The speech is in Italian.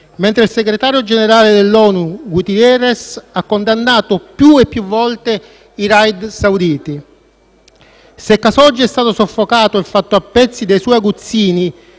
mentre il segretario generale dell'ONU Guterres ha condannato più e più volte i *raid* sauditi. Se Khashoggi è stato soffocato e fatto a pezzi dai suoi aguzzini,